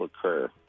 occur